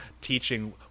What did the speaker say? teaching